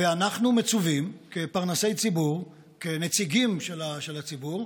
ואנחנו מצווים, כפרנסי ציבור, כנציגים של הציבור,